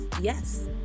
yes